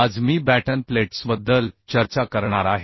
आज मी बॅटन प्लेट्सबद्दल चर्चा करणार आहे